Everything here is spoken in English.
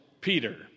Peter